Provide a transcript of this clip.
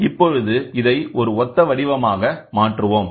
இப்பொழுது இதை ஒரு ஒத்த வடிவமாக மாற்றுவோம்